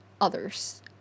others